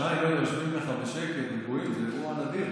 כשהשניים האלה יושבים ככה בשקט זה אירוע נדיר.